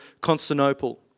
Constantinople